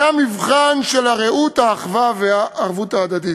זה המבחן של הרעות, האחווה והערבות ההדדית.